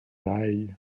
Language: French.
thaï